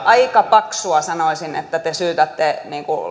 aika paksua sanoisin että te syytätte